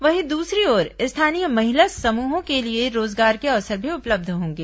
वहीं दूसरी ओर स्थानीय महिला समूहों के लिए रोजगार के अवसर भी उपलब्ध होंगे